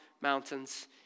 mountains